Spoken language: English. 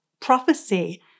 prophecy